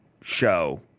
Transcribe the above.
show